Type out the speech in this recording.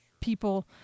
people